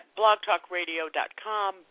blogtalkradio.com